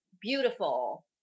beautiful